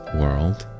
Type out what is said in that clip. world